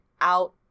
out